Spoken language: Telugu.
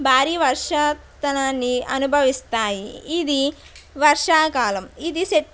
భారి వర్షా తన్నాన్ని అనుభవిస్తాయి ఇది వర్షాకాలం ఇది సెప్